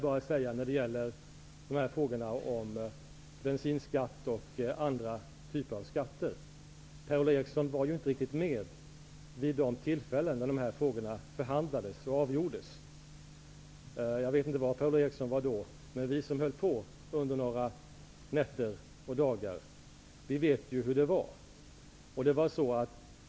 När det gäller frågan om bensinskatt och andra typer av skatter, vill jag bara säga att Per-Ola Eriksson inte var riktigt med vid de tillfällen då dessa frågor förhandlades och avgjordes. Jag vet inte var Per-Ola Eriksson var då. Men vi som höll på under några dagar och nätter vet hur det gick till.